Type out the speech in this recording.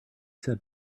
said